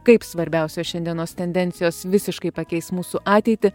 kaip svarbiausios šiandienos tendencijos visiškai pakeis mūsų ateitį